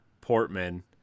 Portman